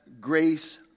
grace